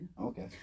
Okay